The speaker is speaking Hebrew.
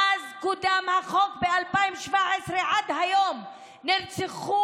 מאז קודם החוק ב-2017 ועד היום נרצחו